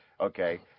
Okay